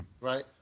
Right